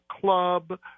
club